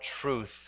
truth